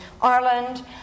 Ireland